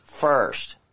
first